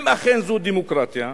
אם אכן זו דמוקרטיה,